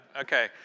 Okay